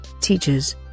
teachers